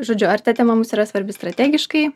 žodžiu ar tema mums yra svarbi strategiškai